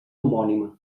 homònima